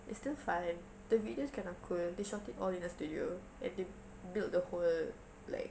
it's still fun the videos kind of cool they shot in a studio and the build the whole like